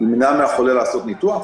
אמנע מן החולה לעשות ניתוח?